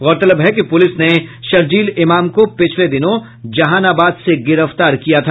गौरतलब है कि पुलिस ने शरजील इमाम को पिछले दिनों जहानाबाद से गिरफ्तार किया था